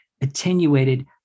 attenuated